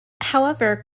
however